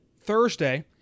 Thursday